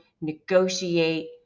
negotiate